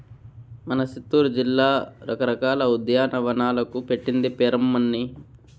మన సిత్తూరు జిల్లా రకరకాల ఉద్యానవనాలకు పెట్టింది పేరమ్మన్నీ